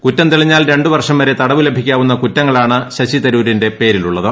കുറ്റം തെളിഞ്ഞാൽ രണ്ട് വർഷം വരെ തടവ് ലഭിക്കാവുന്ന കുറ്റങ്ങളാണ് ശശിതരൂരിന്റെ പേരിലുള്ളത്